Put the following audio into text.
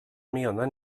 menar